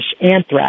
anthrax